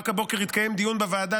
רק הבוקר התקיים דיון בוועדה,